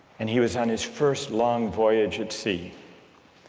and he was on his first long voyage at sea.